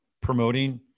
promoting